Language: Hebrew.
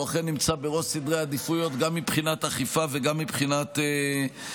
והוא אכן נמצא בראש סדרי העדיפויות גם מבחינת אכיפה וגם מבחינת ענישה.